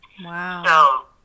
Wow